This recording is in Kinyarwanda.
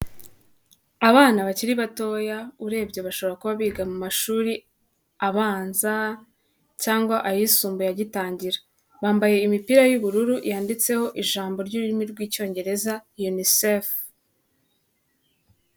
Abana bakiri batoya urebye bashobora kuba biga mu mashuri abanza cyangwa ayisumbuye agitangira, bambaye imipira y'ubururu yanditseho ijambo ry'ururimi rw'icyongereza unisefu.